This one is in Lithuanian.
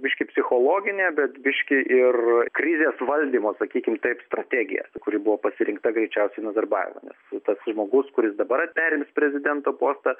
biški psichologinė bet biški ir krizės valdymo sakykim taip strategija kuri buvo pasirinkta greičiausiai nazarbajevo nes tas žmogus kuris dabar perims prezidento postą